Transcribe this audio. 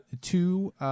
two